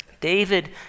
David